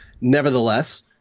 Nevertheless